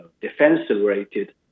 defense-related